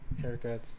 haircuts